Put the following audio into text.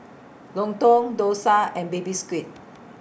Lontong Dosa and Baby Squid